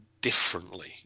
differently